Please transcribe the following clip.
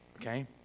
Okay